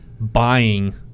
buying